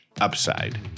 upside